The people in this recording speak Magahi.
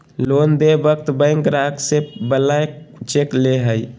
लोन देय वक्त बैंक ग्राहक से ब्लैंक चेक ले हइ